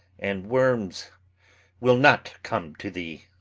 and worms will not come to thee.